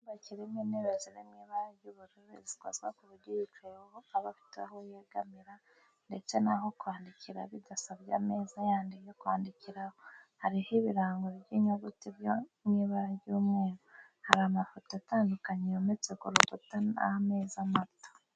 Icyumba kirimo intebe ziri mu ibara ry'ubururu zikozwe ku buryo uyicayeho aba afite aho yegamira ndetse n'aho kwandikira bidasabye ameza yandi yo kwandikiraho, hariho ibirango by'inyuguti byo mu ibara ry'umweru. Hari amafoto atandukanye yometse ku rukuta n'ameza mato.